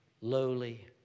lowly